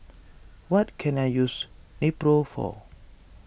what can I use Nepro for